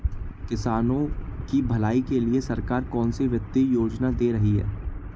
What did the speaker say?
किसानों की भलाई के लिए सरकार कौनसी वित्तीय योजना दे रही है?